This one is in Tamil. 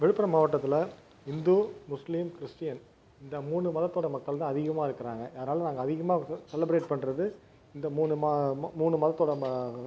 விழுப்புரம் மாவட்டத்தில் இந்து முஸ்லீம் கிறிஸ்டின் இந்த மூணு மதத்தோடய மக்கள் தான் அதிகமாக இருக்கிறாங்க அதனால் நாங்கள் அதிகமாக வந்து செலிப்ரேட் பண்னுறது இந்த மூணு மூணு மதத்தோடய